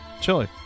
Chili